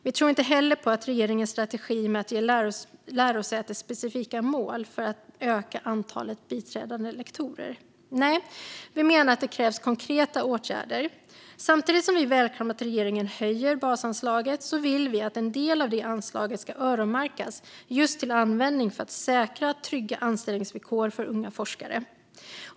Vi tror inte heller på regeringens strategi med att ge lärosätesspecifika mål för att öka antalet biträdande lektorer. Nej, vi menar att det krävs konkreta åtgärder. Samtidigt som vi välkomnar att regeringen höjer basanslaget vill vi att en del av det anslaget ska öronmärkas och användas för att säkra trygga anställningsvillkor för unga forskare.